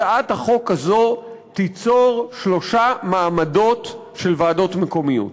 הצעת החוק הזו תיצור שלושה מעמדות של ועדות מקומיות: